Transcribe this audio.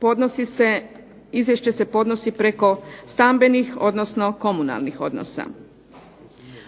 podnosi se izvješće se podnosi preko stambenih, odnosno komunalnih odnosa.